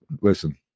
listen